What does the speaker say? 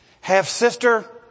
half-sister